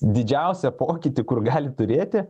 didžiausią pokytį kur gali turėti